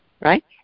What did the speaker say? right